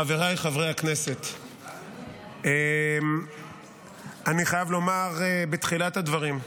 חבריי חברי הכנסת, אני חייב לומר בתחילת הדברים,